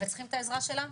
וצריכים את העזרה שלה.